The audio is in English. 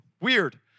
weird